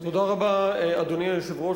אדוני היושב-ראש,